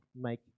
make